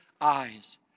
eyes